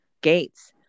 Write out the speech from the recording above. gates